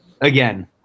again